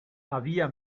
había